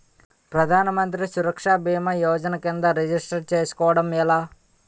ప్రధాన మంత్రి సురక్ష భీమా యోజన కిందా రిజిస్టర్ చేసుకోవటం ఎలా?